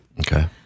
Okay